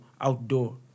Outdoor